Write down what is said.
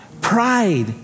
pride